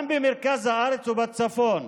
גם במרכז הארץ ובצפון,